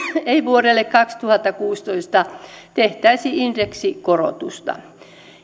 ei vuodelle kaksituhattakuusitoista tehtäisi indeksikorotusta